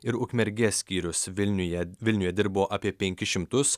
ir ukmergės skyrius vilniuje vilniuje dirbo apie penkis šimtus